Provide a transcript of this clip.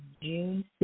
June